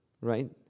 right